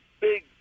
big